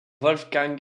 wolfgang